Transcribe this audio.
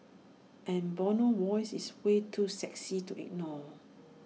and Bono's voice is way too sexy to ignore